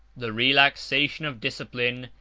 the relaxation of discipline,